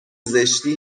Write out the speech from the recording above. زشتی